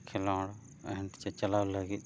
ᱠᱷᱮᱹᱞᱳᱰ ᱪᱟᱪᱞᱟᱣ ᱞᱟᱹᱜᱤᱫ